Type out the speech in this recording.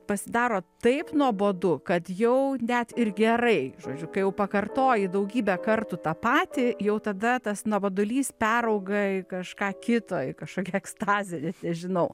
pasidaro taip nuobodu kad jau net ir gerai žodžiu kai jau pakartoji daugybę kartų tą patį jau tada tas nuobodulys perauga į kažką kito į kažkokią ekstazę nežinau